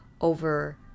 over